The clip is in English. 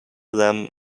them